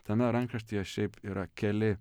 tame rankraštyje šiaip yra keli